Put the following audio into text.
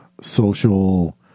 social